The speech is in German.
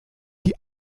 die